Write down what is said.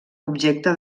objecte